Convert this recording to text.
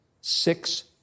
six